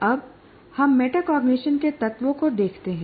अब हम मेटाकॉग्निशन के तत्वों को देखते हैं